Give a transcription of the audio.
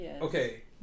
okay